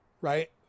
right